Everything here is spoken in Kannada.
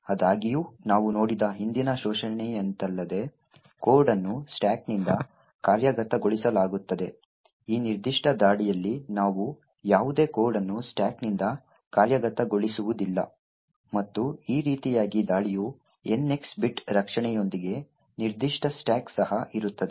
ಆದಾಗ್ಯೂ ನಾವು ನೋಡಿದ ಹಿಂದಿನ ಶೋಷಣೆಯಂತಲ್ಲದೆ ಕೋಡ್ ಅನ್ನು ಸ್ಟಾಕ್ನಿಂದ ಕಾರ್ಯಗತಗೊಳಿಸಲಾಗುತ್ತದೆ ಈ ನಿರ್ದಿಷ್ಟ ದಾಳಿಯಲ್ಲಿ ನಾವು ಯಾವುದೇ ಕೋಡ್ ಅನ್ನು ಸ್ಟಾಕ್ನಿಂದ ಕಾರ್ಯಗತಗೊಳಿಸುವುದಿಲ್ಲ ಮತ್ತು ಈ ರೀತಿಯಾಗಿ ದಾಳಿಯು NX ಬಿಟ್ ರಕ್ಷಣೆಯೊಂದಿಗೆ ನಿರ್ದಿಷ್ಟ ಸ್ಟಾಕ್ ಸಹ ಇರುತ್ತದೆ